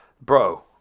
bro